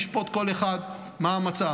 ישפוט כל אחד מה המצב.